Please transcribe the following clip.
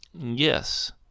yes